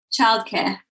Childcare